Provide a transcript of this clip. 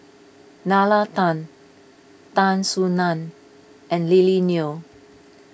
Nalla Tan Tan Soo Nan and Lily Neo